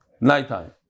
nighttime